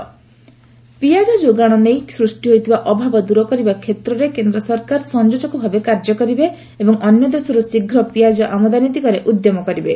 centre onion ପିଆଜ ଯୋଗାଣ ନେଇ ସୂଷ୍ଟି ହୋଇଥିବା ଅଭାବ ଦୂର କରିବା କ୍ଷେତ୍ରରେ କେନ୍ଦ୍ର ସରକାର ସଂଯୋଜକ ଭାବେ କାର୍ଯ୍ୟ କରିବେ ଏବଂ ଅନ୍ୟ ଦେଶରୁ ଶୀଘ୍ର ପିଆଜ ଆମଦାନୀ ଦିଗରେ ଉଦ୍ୟମ କରିବେ